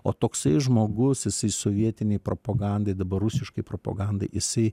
o toksai žmogus jisai sovietinei propagandai dabar rusiškai propagandai jisai